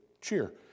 cheer